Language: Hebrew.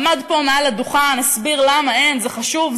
והוא עמד פה מעל הדוכן והסביר למה זה חשוב,